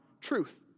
truth